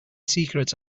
secrets